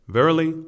Verily